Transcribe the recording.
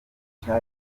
cha